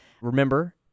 Remember